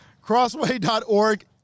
Crossway.org